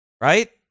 Right